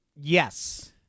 Yes